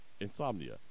Insomnia